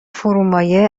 فرومایه